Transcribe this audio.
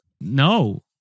No